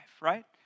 right